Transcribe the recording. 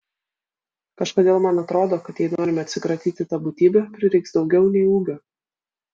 kažkodėl man atrodo kad jei norime atsikratyti ta būtybe prireiks daugiau nei ūgio